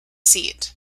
seat